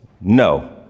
No